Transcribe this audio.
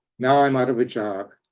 now i'm out of a job.